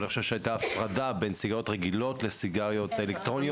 אבל אני חושב שהייתה הפרדה בין סיגריות רגילות לבין סיגריות אלקטרוניות.